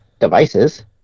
devices